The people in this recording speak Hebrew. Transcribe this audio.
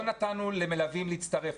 לא נתנו למלווים להצטרף,